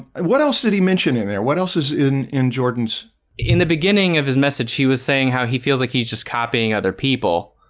what else did he mention in there? what else is in in georgia and in the beginning of his message? he was saying how he feels like he's just copying other people.